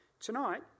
Tonight